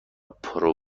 پرو